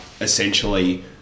essentially